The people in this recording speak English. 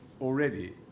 already